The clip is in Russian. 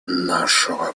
нашего